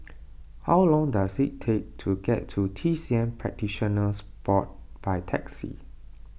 how long does it take to get to T C M Practitioners Board by taxi